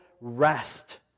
rest